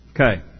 Okay